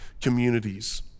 communities